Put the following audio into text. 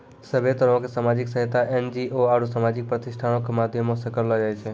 सभ्भे तरहो के समाजिक सहायता एन.जी.ओ आरु समाजिक प्रतिष्ठानो के माध्यमो से करलो जाय छै